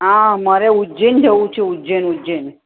હા મારે ઉજ્જૈન જવું છે ઉજ્જૈન ઉજ્જૈન